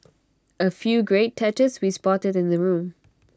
A few great touches we spotted in the room